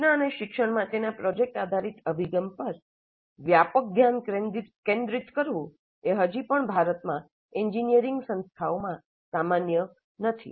સૂચના અને શિક્ષણ માટેના પ્રોજેક્ટ આધારિત અભિગમ પર વ્યાપક ધ્યાન કેન્દ્રિત કરવું એ હજી પણ ભારતમાં એન્જિનિયરિંગ સંસ્થાઓમાં સામાન્ય નથી